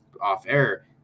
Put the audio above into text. off-air